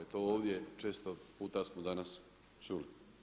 To ovdje često puta smo danas čuli.